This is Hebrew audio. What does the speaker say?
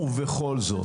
ובכל זאת,